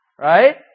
Right